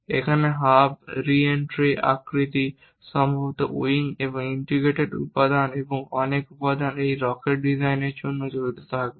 এখানে hub reentry আকৃতি সম্ভবত উইং এবং ইন্টিগ্রেটেড উপাদান এবং অনেক উপাদান এই রকেট ডিজাইনের জন্য জড়িত থাকবে